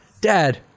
dad